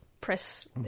press